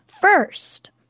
first